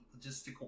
logistical